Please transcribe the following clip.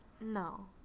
No